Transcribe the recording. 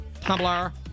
Tumblr